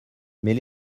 mais